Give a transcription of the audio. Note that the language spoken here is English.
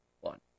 one